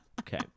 Okay